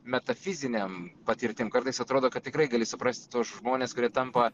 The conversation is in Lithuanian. metafizinėm patirtim kartais atrodo kad tikrai gali suprasti tuos žmones kurie tampa